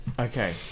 Okay